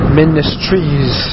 ministries